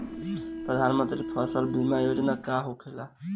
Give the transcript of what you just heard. प्रधानमंत्री फसल बीमा योजना का होखेला?